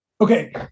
Okay